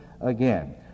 again